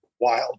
wild